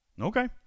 Okay